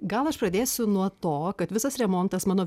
gal aš pradėsiu nuo to kad visas remontas mano